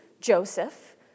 Joseph